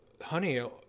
honey